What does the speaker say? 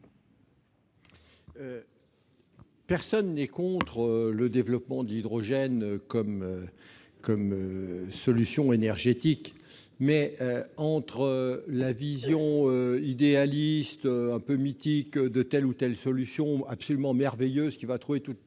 Personne n'est contre le développement de l'hydrogène comme solution énergétique. Mais, face à la vision idéaliste, un peu mythique, de telle ou telle solution absolument merveilleuse, qui réglera tous